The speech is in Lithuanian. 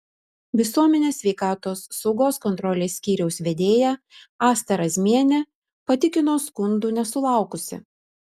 visuomenės sveikatos saugos kontrolės skyriaus vedėja asta razmienė patikino skundų nesulaukusi